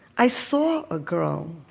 i saw a girl.